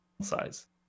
size